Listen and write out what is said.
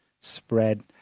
spread